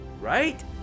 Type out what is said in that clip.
right